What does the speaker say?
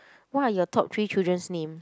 what are your top three children's name